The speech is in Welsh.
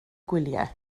gwyliau